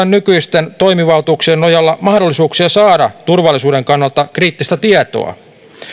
nykyisten toimivaltuuksien nojalla mahdollisuuksia saada turvallisuuden kannalta kriittistä tietoa